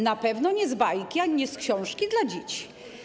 Na pewno nie z bajki ani z książki dla dzieci.